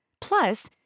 Plus